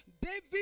David